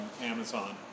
Amazon